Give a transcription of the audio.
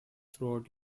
throughout